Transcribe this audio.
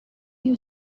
you